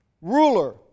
ruler